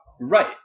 Right